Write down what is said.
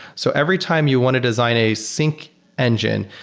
so every time you want to design a sync engine,